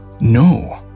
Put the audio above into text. No